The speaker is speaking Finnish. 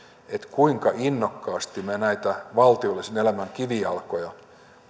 kuinka innokkaasti me näitä valtiollisen elämän kivijalkoja